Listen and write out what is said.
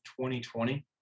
2020